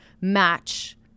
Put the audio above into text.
Match